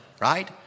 right